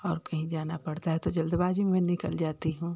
और कहीं जाना पड़ता है तो जल्दबाजी में निकल जाती हूँ